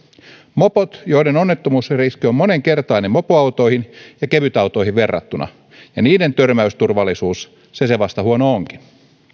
mopot joiden onnettomuusriski on moninkertainen mopoautoihin ja kevytautoihin verrattuna ja niiden törmäysturvallisuus se se vasta huono onkin